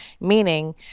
meaning